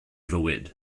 fywyd